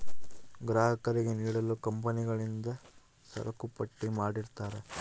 ಗ್ರಾಹಕರಿಗೆ ನೀಡಲು ಕಂಪನಿಗಳಿಂದ ಸರಕುಪಟ್ಟಿ ಮಾಡಿರ್ತರಾ